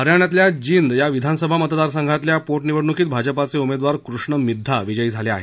हरयाणातल्या जिंद या विधानसभा मतदार संघातल्या पोटनिवडणुकीत भाजपाचे उमेदवार कृष्ण मिद्वा विजयी झाले आहेत